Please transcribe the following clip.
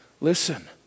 Listen